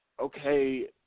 okay